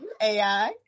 AI